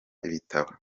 ibitabo